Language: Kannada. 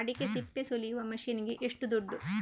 ಅಡಿಕೆ ಸಿಪ್ಪೆ ಸುಲಿಯುವ ಮಷೀನ್ ಗೆ ಏಷ್ಟು ದುಡ್ಡು?